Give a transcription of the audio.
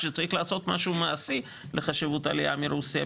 כשצריך לעשות משהו מעשי לחשיבות העלייה מרוסיה,